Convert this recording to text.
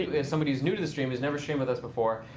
if somebody is new to the stream, has never streamed with us before,